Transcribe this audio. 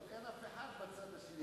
אבל אין אף אחד בצד השני,